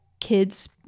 kids